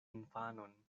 infanon